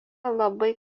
labai